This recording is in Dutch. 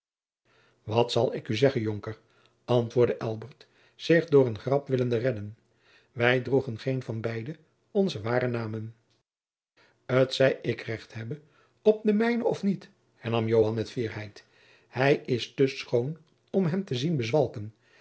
wat zal ik u zeggen jonker antwoordde elbert zich door een grap willende redden wij droegen geen van beide onzen waren naam t zij ik recht hebbe op den mijnen of niet hernam joan met fierheid hij is te schoon om hem te zien bezwalken